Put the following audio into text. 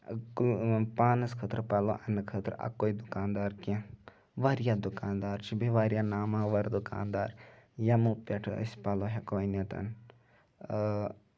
پانَس خٲطرٕ پَلو اَننہٕ خٲطرٕ اَکوے دُکان دار کیٚنٛہہ واریاہ دُکان دار چھِ بیٚیہِ واریاہ نماوار دُکان دار یَمو پٮ۪ٹھ أسۍ پَلو ہیٚکو أنِتھ